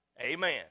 Amen